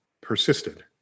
persisted